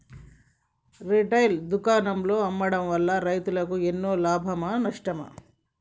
Retail దుకాణాల్లో అమ్మడం వల్ల రైతులకు ఎన్నో లాభమా నష్టమా?